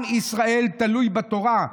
עם ישראל תלוי בתורה,